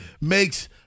makes